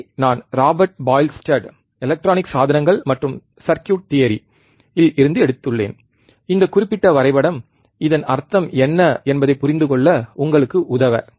இதை நான் Robert Boylestad electronic சாதனங்கள் மற்றும் சர்க்யூட் தியரி இல் இருந்து எடுத்துள்ளேன் இந்தக் குறிப்பிட்ட வரைபடம் இதன் அர்த்தம் என்ன என்பதைப் புரிந்துகொள்ள உங்களுக்கு உதவ